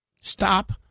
Stop